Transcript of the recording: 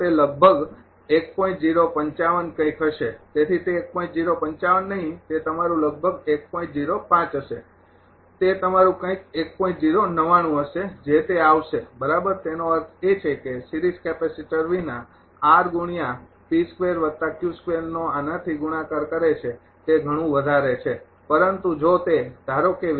તેથી તે નહીં તે તમારુ લગભગ હશે તે તમારું કંઈક હશે જે તે આવશે બરાબર તેનો અર્થ એ છે કે સિરીઝ કેપેસિટર વિના નો આનાથી ગુણાકાર કરે છે તે ઘણું વધારે છે પરંતુ જો તે ધારો કે